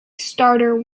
starter